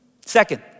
Second